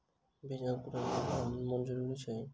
बीज अंकुरण लेल केँ हार्मोन जरूरी छै?